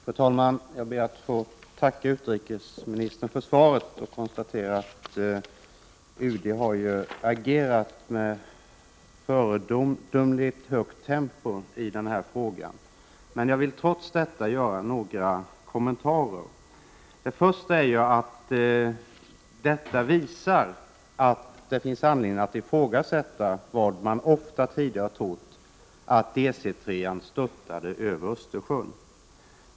Fru talman! Jag ber att få tacka utrikesministern för svaret och konstaterar att UD ju agerat med föredömligt högt tempo i denna fråga. Jag vill trots detta göra några kommentarer. Det inträffade visar att det finns anledning att ifrågasätta vad man ofta tidigare trott, att DC 3-an störtade över Östersjön.